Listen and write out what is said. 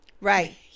Right